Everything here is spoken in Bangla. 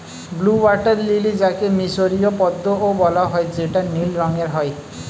ব্লু ওয়াটার লিলি যাকে মিসরীয় পদ্মও বলা হয় যেটা নীল রঙের হয়